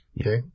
Okay